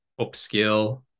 upskill